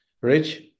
Rich